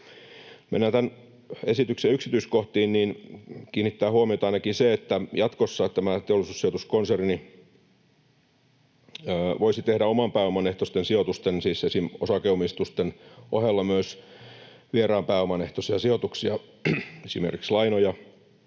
mennään tämän esityksen yksityiskohtiin, niin täällä kiinnittää huomiota ainakin se, että jatkossa tämä Teollisuussijoitus-konserni voisi tehdä oman pääoman ehtoisten sijoitusten, siis esimerkiksi osakeomistusten, ohella myös vieraan pääoman ehtoisia sijoituksia, esimerkiksi lainoja